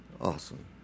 Awesome